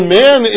man